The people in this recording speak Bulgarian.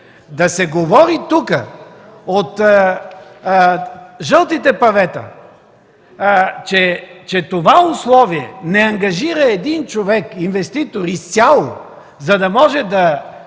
Да се говори тук, от жълтите павета, че това условие не ангажира изцяло един човек – инвеститор, за да може да